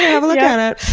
have a look at it.